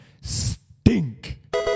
stink